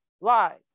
lie